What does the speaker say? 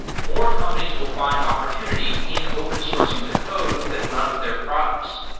more companies will find opportunity in open sourcing the code that runs their products.